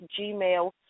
gmail